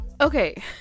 okay